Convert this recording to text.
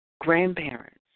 grandparents